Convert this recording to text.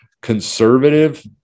conservative